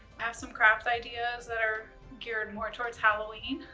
i have some craft ideas that are geared more towards halloween.